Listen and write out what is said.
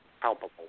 palpable